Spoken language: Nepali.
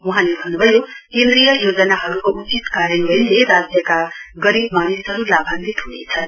वहाँले भन्न् भयो केन्द्रीय योजनाहरूको उचित कार्यान्वयनले राज्यका गरीब मानिसहरू लाभान्वित ह्नेछन्